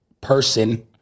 person